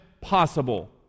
possible